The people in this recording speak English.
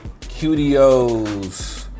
QDOs